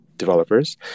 developers